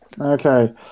Okay